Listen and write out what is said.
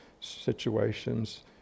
situations